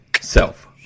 Self